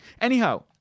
Anyhow